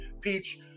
Peach